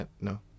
no